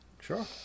Sure